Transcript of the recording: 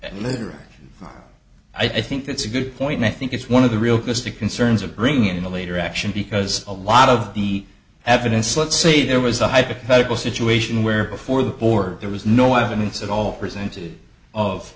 later i think that's a good point and i think it's one of the real cost to concerns of bringing in a later action because a lot of the evidence let's say there was a hypothetical situation where before the board there was no evidence at all presented of